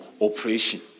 operation